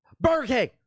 Burger